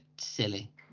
silly